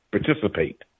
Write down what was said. participate